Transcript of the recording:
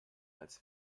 als